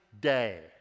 day